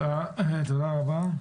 תודה רבה.